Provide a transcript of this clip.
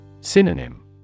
Synonym